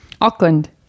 Auckland